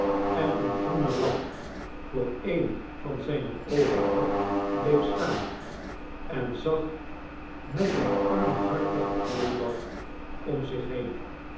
en een groenen lap voor een van zijne oogen had bleef staan en zag met een armhartigen glimlach om zich heen